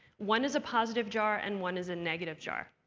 one is a positive jar, and one is a negative jar.